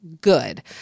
Good